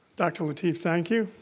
dr. lateef, thank you.